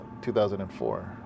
2004